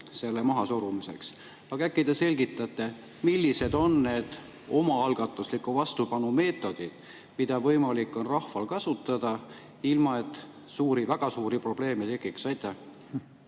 selle mahasurumiseks. Äkki te selgitate, millised on need omaalgatusliku vastupanu meetodid, mida on võimalik rahval kasutada, ilma et väga suuri probleeme tekiks. Aitäh,